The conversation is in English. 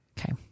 Okay